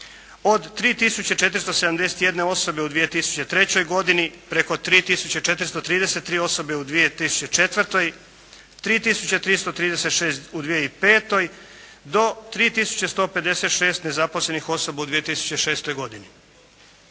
471 osobe u 2003. godini preko 3 tisuće 433 osobe u 2004., 3 tisuće 336 u 2005. do 3 tisuće 156 nezaposlenih osoba u 2006. godini.